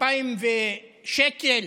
2,000 שקל.